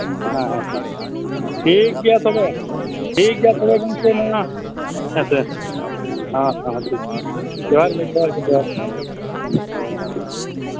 ᱦᱮᱸ ᱦᱮᱸ ᱴᱷᱤᱠ ᱴᱷᱤᱠ ᱜᱮᱭᱟ ᱛᱚᱵᱮ ᱴᱷᱤᱠ ᱜᱮᱭᱟ ᱛᱚᱵᱮ ᱜᱚᱢᱠᱮ ᱢᱟ ᱦᱮᱸ ᱥᱮ ᱦᱮᱸ ᱦᱮᱸ ᱴᱷᱤᱠ ᱡᱚᱦᱟᱨ ᱜᱮ ᱡᱚᱦᱟᱨ ᱜᱮ ᱦᱮᱸ ᱡᱚᱦᱟᱨ ᱜᱮ